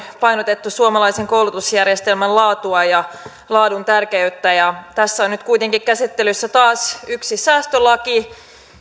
painotettu suomalaisen koulutusjärjestelmän laatua ja laadun tärkeyttä ja tässä on nyt kuitenkin käsittelyssä taas yksi säästölaki